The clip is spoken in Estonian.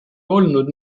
olnud